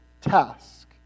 task